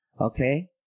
Okay